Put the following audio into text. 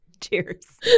Cheers